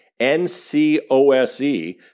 NCOSE